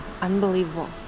unbelievable